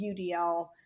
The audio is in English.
UDL